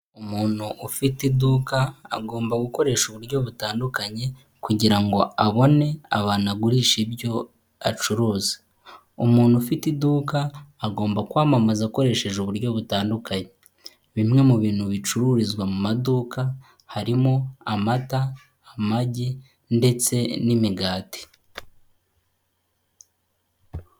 Umuntu ufite iduka agomba gukoresha uburyo butandukanye kugira ngo abone abantu agurisha ibyo acuruza. Umuntu ufite iduka agomba kwamamaza akoresheje uburyo butandukanye. Bimwe mu bintu bicururizwa mu maduka harimo amata, amagi ndetse n'imigati.